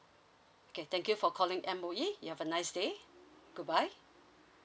okay thank you for calling M_O_E you have a nice day goodbye